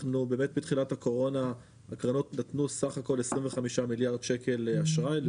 בתחילת הקורונה הקרנות נתנו סך הכול 25 מיליארד שקל לאשראי,